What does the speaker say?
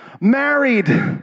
Married